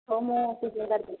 ହଉ ମୁଁ ଟିକେଟ୍ କାଟିଦେଉଛି